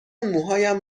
موهایم